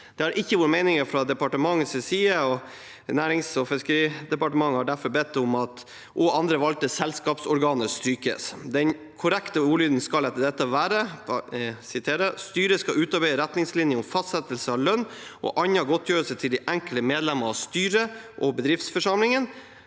Det har ikke vært meningen fra departementets side, og Nærings- og fiskeridepartementet har derfor bedt om at «og andre valgte selskapsorganer» strykes. Den korrekte ordlyden skal etter dette være: «Styret skal utarbeide retningslinjer om fastsettelse av lønn og annen godtgjørelse til de enkelte medlemmene av styret og bedriftsforsamlingen,